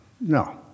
no